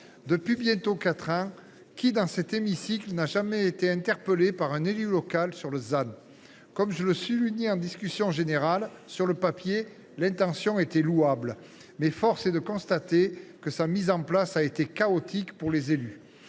Depuis bientôt quatre ans, qui dans cet hémicycle n’a jamais été interpellé par un élu local sur le ZAN ? Comme je le soulignais en discussion générale, l’intention était louable sur le papier, mais force est de constater que la mise en place du ZAN a été chaotique pour les élus.